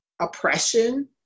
oppression